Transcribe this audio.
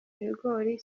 ibigori